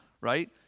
right